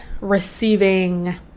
receiving